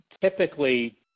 typically